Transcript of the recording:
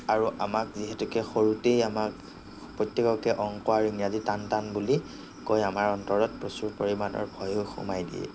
আৰু আমাক যিহেতুকে সৰুতেই আমাক প্ৰত্যেককে অংক আৰু ইংৰাজী টান টান বুলি কৈ আমাৰ অন্তৰত প্ৰচুৰ পৰিমাণৰ ভয়ো সোমাই দিয়ে